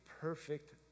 perfect